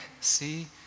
see